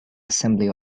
assembly